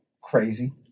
Crazy